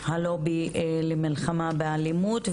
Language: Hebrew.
מהלובי למלחמה באלימות.